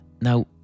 Now